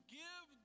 give